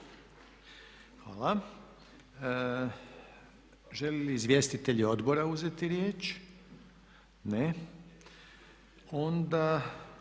Hvala. Žele li izvjestitelji odbora uzeti riječ? Ne. Onda